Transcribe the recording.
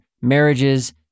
marriages